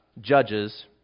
judges